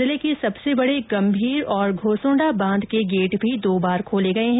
जिले के सबसे बड़े गंभीर और घोसंडा बांध के गेट भी दो बार खोले गए हैं